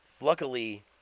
luckily